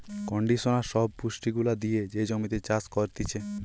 conditioner সব পুষ্টি গুলা দিয়ে যে জমিতে চাষ করতিছে